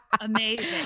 Amazing